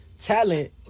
talent